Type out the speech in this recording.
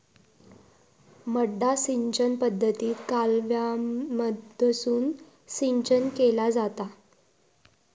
मड्डा सिंचन पद्धतीत कालव्यामधसून सिंचन केला जाता